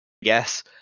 Yes